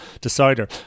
decider